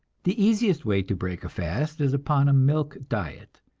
the easiest way to break a fast is upon a milk diet.